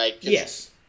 Yes